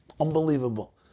Unbelievable